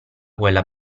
quella